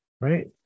Right